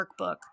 Workbook